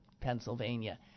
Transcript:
Pennsylvania